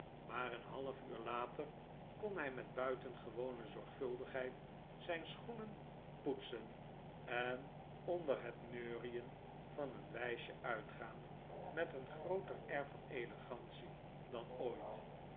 maar een half uur later kon hij met buitengewone zorgvuldigjieid zijn schoencn poctscn en onder het rieurien van ceri wij'sje uitgaan met een grooter air van olegantie dan ooit